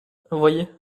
voyez